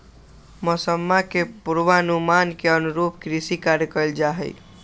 मौसम्मा के पूर्वानुमान के अनुरूप कृषि कार्य कइल जाहई